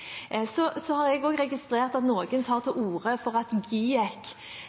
Så har jeg også registrert at noen tar til orde for at GIEK